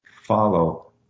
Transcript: follow